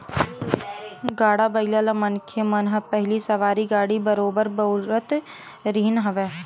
गाड़ा बइला ल मनखे मन ह पहिली सवारी गाड़ी बरोबर बउरत रिहिन हवय